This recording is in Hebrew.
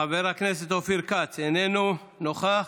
חבר הכנסת אופיר כץ, אינו נוכח.